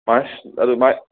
ꯑꯗꯨꯗꯤ ꯃꯥꯒꯤ